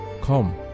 come